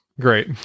Great